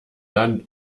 dann